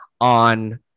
on